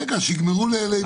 רגע, שייגמרו לשאול.